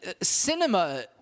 cinema